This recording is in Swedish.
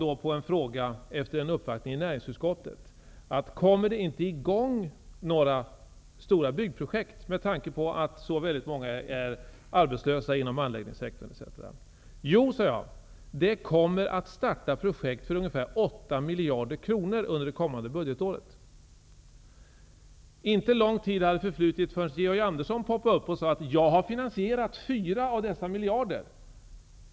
Jag fick då en fråga, efter en uppvaktning i näringsutskottet: Kommer det inte i gång några stora byggprojekt med hänsyn till att så många är arbetslösa inom anläggningssektorn etc.? Jo, sade jag, det kommer att startas projekt för ungefär 8 miljarder kronor under det kommande budgetåret. Inte lång tid hade förflutit förrän Georg Andersson poppade upp och sade: ''Jag har finansierat fyra av dessa miljarder.